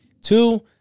Two